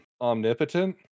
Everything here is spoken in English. omnipotent